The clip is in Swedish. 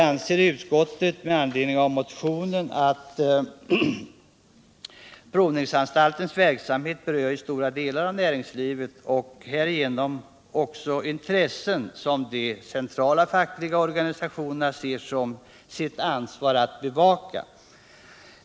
Provningsanstaltens verksamhet berör stora delar av näringslivet och härigenom även intressen som de centrala fackliga organisationerna ser som sitt ansvar att bevaka.